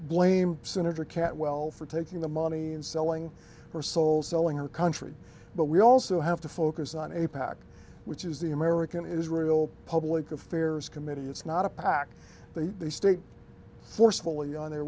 blame senator cantwell for taking the money and selling her soul selling her country but we also have to focus on a pac which is the american israel public affairs committee it's not a pac that the state forcefully on their